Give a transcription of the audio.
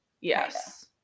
Yes